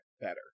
better